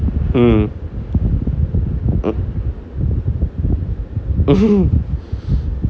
mm